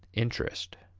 interest.